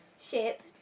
ship